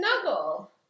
snuggle